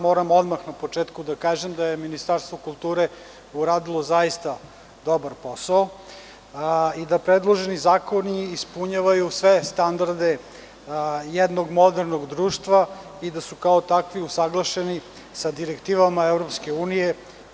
Moram odmah na početku da kažem da je Ministarstvo kulture uradilo zaista dobar posao i da predloženi zakoni ispunjavaju sve standarde jednog modernog društva i da su kao takvi usaglašeni sa direktivama EU i